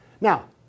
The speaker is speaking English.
Now